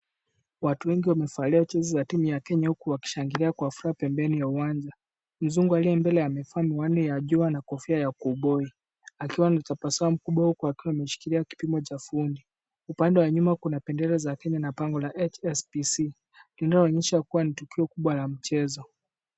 Watu wengi wamevalia jezi za timu ya kenya huku wakishangilia kwa furaha pembeni ya uwanja. Mzungu aliye mbele amevaa miwani ya jua na kofia ya kuboi akiwa na tabasamu kubwa huku akiwa ameshikilia kipimo cha fumbi. Upande wa nyuma kuna bendera za kenya na bango la HSBC linaloonyesha kuwa ni tukio kubwa la mchezo.